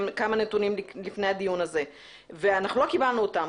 כמה נתונים לפני הדיון הזה ואנחנו לא קיבלנו אותם.